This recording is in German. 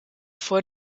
vor